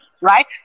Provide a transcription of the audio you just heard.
right